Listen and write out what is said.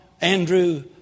Andrew